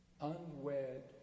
unwed